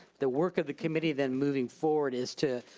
the work of the committee then moving forward is to,